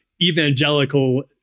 evangelical